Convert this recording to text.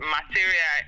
material